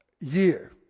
year